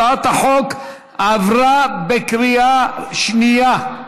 הצעת החוק עברה בקריאה שנייה.